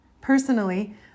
Personally